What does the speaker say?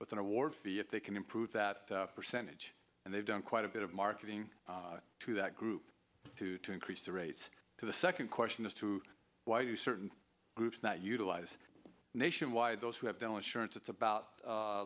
with an award for the if they can improve that percentage and they've done quite a bit of marketing to that group to to increase the rates to the second question as to why you certain groups not utilize nationwide those who have dental insurance it's about a